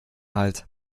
halt